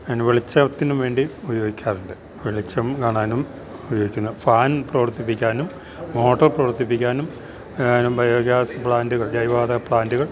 അതിന് വെളിച്ചത്തിനും വേണ്ടി ഉപയോഗിക്കാറുണ്ട് വെളിച്ചം കാണാനും ഉപയോഗിക്കുന്നു ഫാൻ പ്രവർത്തിപ്പിക്കാനും മോട്ടർ പ്രവർത്തിപ്പിക്കാനും ബയോഗ്യാസ് പ്ലാൻറ്റുകൾ ജൈവ വാതക പ്ലാൻറ്റുകൾ